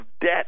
debt